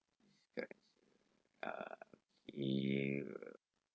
describe uh being